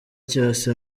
cyose